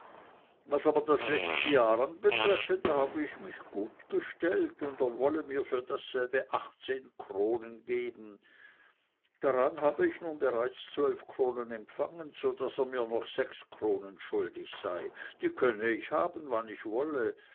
was das letzte jahr anbetreffe da habe ich mich gut gestellt und er wolle mir für dasselbe achtzehn kronen geben daran habe ich nun bereits zwölf kronen empfangen so daß er mir noch sechs kronen schuldig sei die könne ich haben wann ich wolle